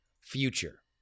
future